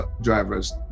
drivers